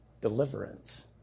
deliverance